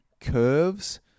curves